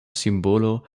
simbolo